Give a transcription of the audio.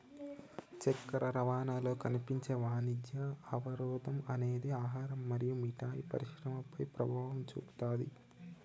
చక్కెర రవాణాలో కనిపించే వాణిజ్య అవరోధం అనేది ఆహారం మరియు మిఠాయి పరిశ్రమపై ప్రభావం చూపుతాది